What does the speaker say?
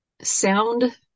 Sound